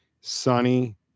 sunny